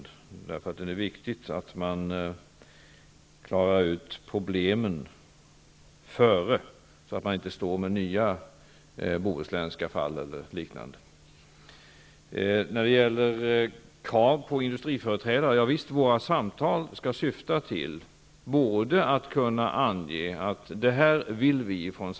Det är viktigt att man klarar ut problemen innan, så att man inte står med nya fall liknande det bohuslänska. När det gäller krav på industriföreträdare vill jag säga att syftet med våra samtal är att vi skall kunna ange vad samhället önskar.